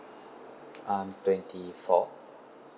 I'm twenty four